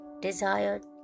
desired